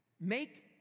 make